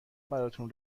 براتون